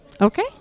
Okay